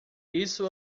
isso